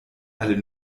alle